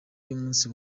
y’umunsi